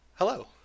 Hello